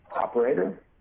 Operator